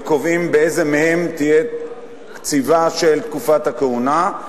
וקובעים באילו מהן תהיה קציבה של תקופת הכהונה.